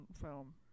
film